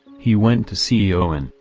he went to see owen,